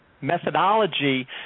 methodology